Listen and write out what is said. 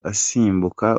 asimbuka